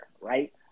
right